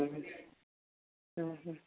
ହୁଁ ହ ହୁଁ ହୁଁ